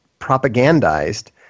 propagandized